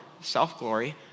self-glory